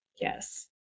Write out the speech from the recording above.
Yes